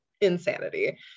insanity